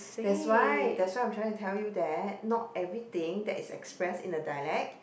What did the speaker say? that's why that's why I'm trying to tell you that not everything that is expressed in a dialect